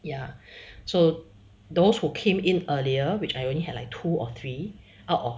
ya so those who came in earlier which I only had a two or three out of